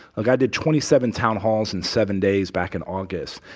ah i did twenty seven town halls in seven days back in august.